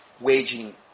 waging